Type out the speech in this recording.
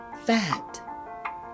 Fat